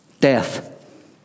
death